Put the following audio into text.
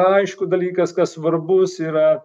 aišku dalykas kas svarbus yra